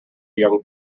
young